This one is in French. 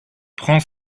prends